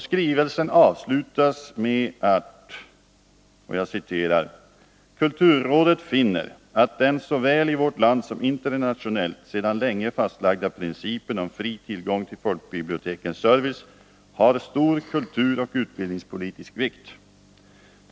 Skrivelsen avslutas med: ”——— kulturrådet finner att den såväl i vårt land som internationellt sedan länge fastlagda principen om fri tillgång till folkbibliotekens service har stor kulturoch utbildningspolitisk vikt.